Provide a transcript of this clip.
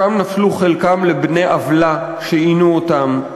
שם נפלו חלקם לבני עוולה שעינו אותם,